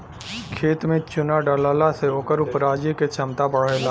खेत में चुना डलला से ओकर उपराजे क क्षमता बढ़ेला